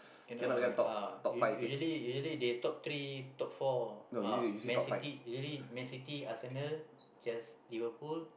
cannot ah uh usually usually they top three top four ah Man-city really Man-city Arsenal Chelsea Liverpool